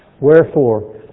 Wherefore